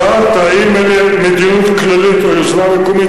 שאלת אם זו מדיניות כללית או יוזמה מקומית.